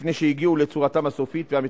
לפני שהגיעו לצורתם הסופית והמתפקדת.